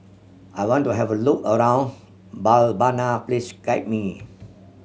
I want to have a look around Mbabana please guide me